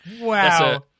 Wow